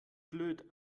blöd